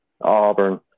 Auburn